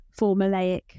formulaic